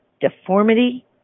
deformity